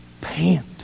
pant